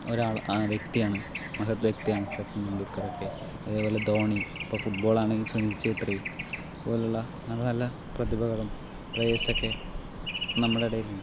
ഒരാള് ആ വ്യക്തിയാണ് മഹത് വ്യക്തിയാണ് സച്ചിൻ ടെണ്ടുൾക്കറൊക്കെ അതേപോലെ ധോണി ഇപ്പോൾ ഫുട്ബോളാണെങ്കിൽ സുനിൽ ഛേത്രി പോലുള്ള നല്ല നല്ല പ്രതിഭകളും പ്ലയേഴ്സൊക്കെ നമ്മുടെ ഇടയിലുണ്ട്